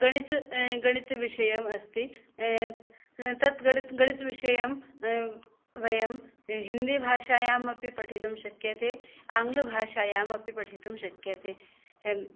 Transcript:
गणित गणितविषयमस्ति तत् गणितविषयं वयं हिन्दीभाषायामपि पठितुं शक्यते आङ्गलभाषायामपि पठितुं शक्यते